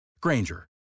Granger